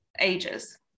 ages